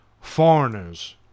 foreigners